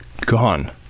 gone